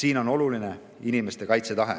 Siin on oluline inimeste kaitsetahe.